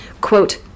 Quote